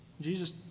Jesus